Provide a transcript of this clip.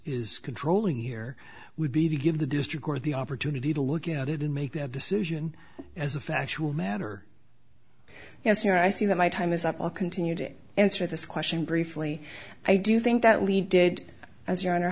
is controlling here would be to give the district or the opportunity to look at it and make their decision as a factual matter yes here i see that my time is up i'll continue to answer this question briefly i do think that lee did as your honor